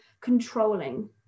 controlling